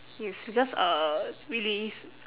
yes because uh really is